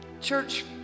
church